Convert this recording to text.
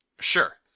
Sure